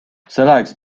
selleks